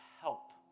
help